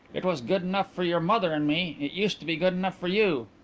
it was good enough for your mother and me. it used to be good enough for you.